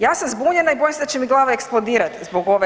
Ja sam zbunjena i bojim se da će mi glava eksplodirati zbog ovog